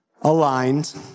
aligned